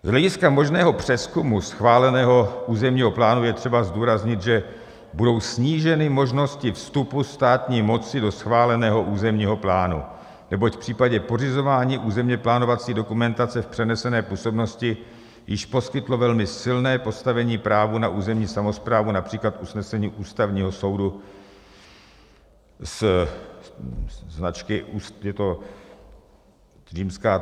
Z hlediska možného přezkumu schváleného územního plánu je třeba zdůraznit, že budou sníženy možnosti vstupu státní moci do schváleného územního plánu, neboť v případě pořizování územněplánovací dokumentace v přenesené působnosti již poskytlo velmi silné postavení právu na území samosprávu například usnesení Ústavního soudu značky... je to III US 38717/17 ze dne 23. 5. 2019.